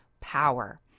power